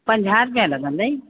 पंजाह रुपिया लॻंदई